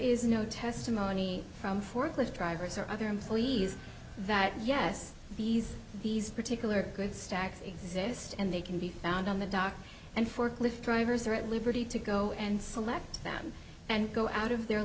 is no testimony from forklift drivers or other employees that yes these these particular good stacks exist and they can be found on the dock and forklift drivers are at liberty to go and select them and go out of their